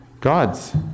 God's